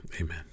Amen